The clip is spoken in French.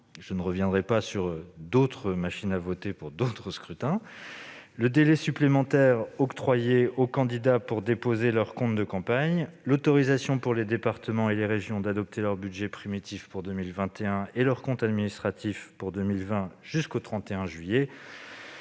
je ne reviendrai pas sur l'utilisation d'autres machines à voter pour d'autres scrutins ...-, au délai supplémentaire octroyé aux candidats pour déposer leur compte de campagne, ou encore à l'autorisation donnée aux départements et aux régions d'adopter leur budget primitif pour 2021 et leur compte administratif pour 2020 jusqu'au 31 juillet